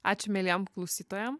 ačiū mieliem klausytojam